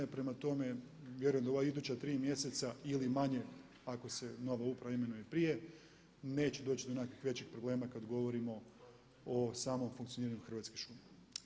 Prema tome, vjerujem da u ova iduća tri mjeseca ili manje ako se nova uprava imenuje i prije, neće doći do nekakvih većih problema kada govorimo o samom funkcioniranju Hrvatskih šuma.